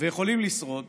ויכולים לשרוד